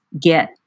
get